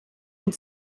und